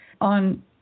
on